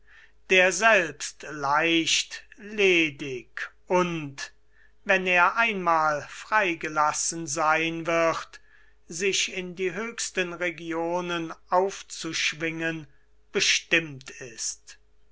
der selbst leicht ledig und wenn er einmal freigelassen sein wird sich in die höchsten regionen aufzuschwingen bestimmt ist